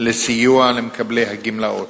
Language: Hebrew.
לסיוע למקבלי הגמלאות.